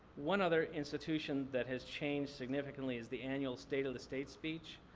one other institution that has changed significantly is the annual state of the state speech.